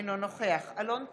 אינו נוכח אלון טל,